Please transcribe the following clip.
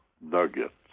Nuggets